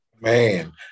Man